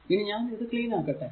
ഇനി ഞാൻ ഇത് ക്ലീൻ ആക്കട്ടെ